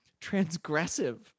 transgressive